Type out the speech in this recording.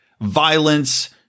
violence